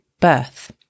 birth